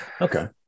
okay